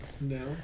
No